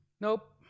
Nope